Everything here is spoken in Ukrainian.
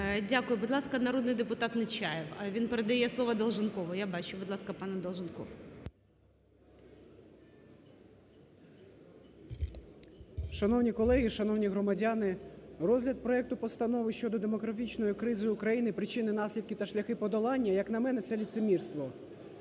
Дякую. Будь ласка, народний депутат Нечаєв. Він передає слово Долженкову. Я бачу! Будь ласка, пане Долженков. 13:20:52 ДОЛЖЕНКОВ О.В. Шановні колеги, шановні громадяни! Розгляд проекту Постанови щодо демографічної кризи України, причини, наслідки та шляхи подолання як на мене це – лицемірство.